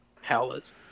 howlers